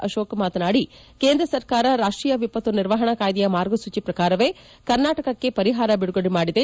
ಅಶೋಕ್ ಮಾತನಾಡಿ ಕೇಂದ್ರ ಸರ್ಕಾರ ರಾಷ್ಷೀಯ ವಿಪತ್ತು ನಿರ್ವಹಣಾ ಕಾಯ್ದೆಯ ಮಾರ್ಗಸೂಚಿ ಪ್ರಕಾರವೇ ಕರ್ನಾಟಕಕ್ಕೆ ಪರಿಹಾರ ಬಿಡುಗಡೆ ಮಾಡಿದೆ